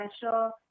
special